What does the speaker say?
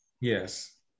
Yes